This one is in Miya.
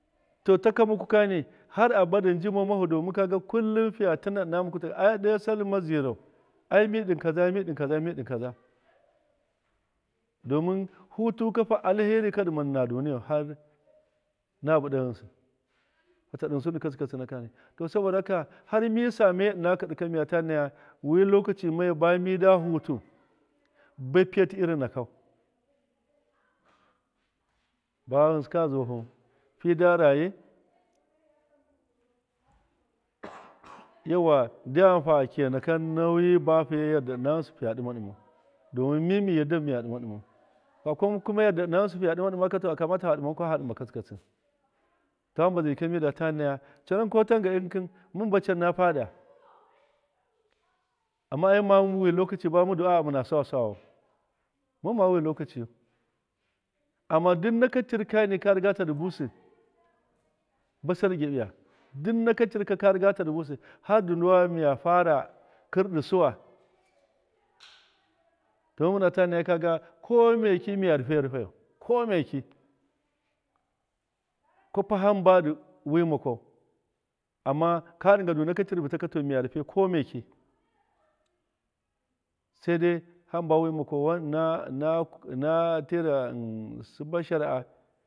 To taka muka kani har abada njima mahu domin kullin fiya tɨna ɨna nji ai ɗe sall mazirau ai mi ɗɨnkaza mi ɗɨnkaza mi ɗɨnkaza domin hatukafa alheri dɨma ndi na duniyau har abuɗa ghɨnsɨ fata ɗɨnsu katsɨ katsɨkana kani to saboda haka harmi sa mai ɨna kɨrɗɨka miya tanaya wi lokaci moyu ba mida ta naya wi lokaci moyu ba mida hutu ba piyatɨ irin nakau. ba ghɨnsɨ ka zuwahu fida rayi yauwa ndyam fa kiya naka nauyi bafiye yarda ɨna ghɨnsɨ fiya ɗɨma ɗɨmau, domin mi yarda miya ɗɨma ɗɨmau haka kuma yarda ɨna ghɨnsɨ fiya ɗɨma ɗɨmaka to a kamata fa ɗɨma katsɨ katsɨ to hamba zai jika midata naya, conakɨn ko tan gan ikɨkɨn mɨn ba can na pada ama e- mɨnma wi lokaci bamɨnda sawa sawawu. mɨmma wi lokaciyu ama du naka tɨrkani karita dɨ busɨ ba sall gyaɓiya duk naka tɨrka karigata dɨ busɨ. har du- nduwa miya fara kɨrɗɨ suwa domin mɨnata naya kaga komeki miya ta rufe rufayau kwapa hamba du wi ma kwau ama ka ɗɨnga du naka tɨr bɨtaka to miya rufe komeki sede hamba wi ma kwau wan ɨna-ɨna-ɨna tira sɨba shara'a.